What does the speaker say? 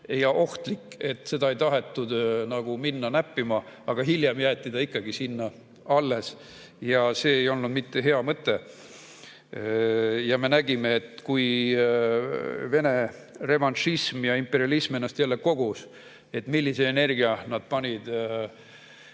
ja ohtlik, et seda ei tahetud nagu näppima minna. Aga hiljem jäeti ta lihtsalt sinna alles. Ja see ei olnud mitte hea mõte. Me nägime, kui Vene revanšism ja imperialism ennast jälle kogus, millise energia nad panid